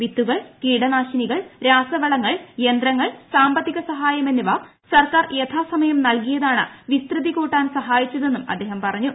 വിത്തുകൾ കീടനാശിനികൾ രാസവളങ്ങൾ യന്ത്രങ്ങൾ സാമ്പത്തിക സഹായം എന്നിവ സർക്കാർ യഥാസമയം നൽകിയതാണ് വിസ്തൃതി കൂട്ടാൻ സഹായിച്ചതെന്നും അദ്ദേഹം പറഞ്ഞു